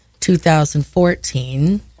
2014